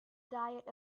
diet